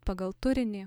pagal turinį